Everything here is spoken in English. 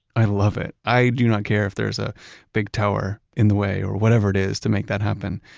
i love it. i do not care if there's a big tower in the way or whatever it is to make that happen.